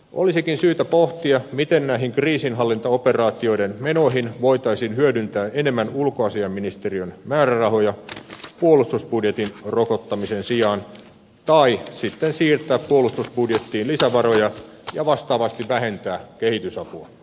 olisikin syytä pohtia miten näihin kriisinhallintaoperaatioiden menoihin voitaisiin hyödyntää enemmän ulkoasiainministeriön määrärahoja puolustusbudjetin rokottamisen sijaan tai sitten siirtää puolustusbudjettiin lisävaroja ja vastaavasti vähentää kehitysapua